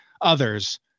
others